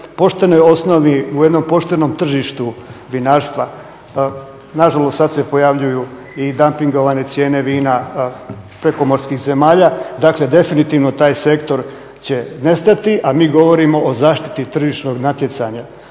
poštenoj osnovi, u jednom poštenom tržištu vinarstva. Nažalost sada se pojavljuju i dampingovane cijene vina prekomorskih zemalja. Dakle definitivno taj sektor će nestati a mi govorimo o zaštiti tržišnog natjecanja.